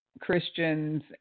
Christians